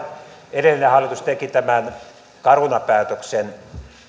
edellinen hallitus teki tämän caruna päätöksen